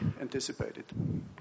anticipated